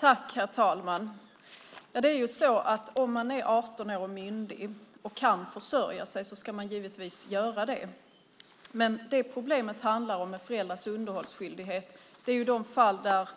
Herr talman! Om man är 18 år och myndig och kan försörja sig ska man givetvis göra det. Men problemet med föräldrars underhållsskyldighet gäller de fall där